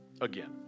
again